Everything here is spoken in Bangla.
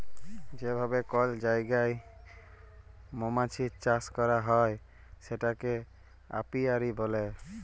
যে ভাবে কল জায়গায় মমাছির চাষ ক্যরা হ্যয় সেটাকে অপিয়ারী ব্যলে